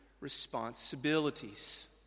responsibilities